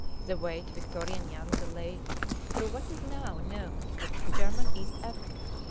the way to victoria nyanza lay through what is now known as german east africa.